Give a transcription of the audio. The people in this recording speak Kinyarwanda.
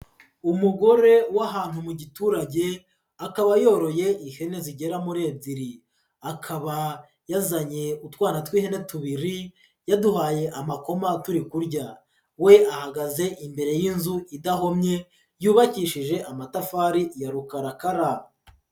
Umugore w'ahantu mu giturage, akaba yoroye ihene zigera muri ebyiri. Akaba yazanye utwana tw'ihene tubiri yaduhaye amakoma turi kurya. We ahagaze imbere y'inzu idahomye yubakishije amatafari ya rukarakara.